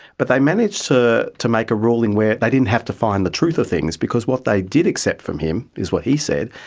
but they managed to to make a ruling where they didn't have to find the truth of things, because what they did accept from him is what he said.